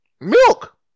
Milk